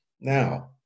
Now